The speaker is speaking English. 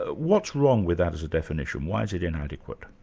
what's wrong with that as a definition why is it inadequate?